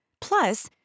Plus